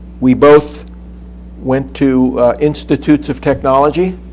we both went to institutes of technology,